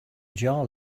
jar